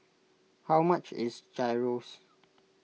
how much is Gyros